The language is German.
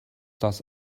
das